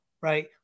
right